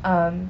um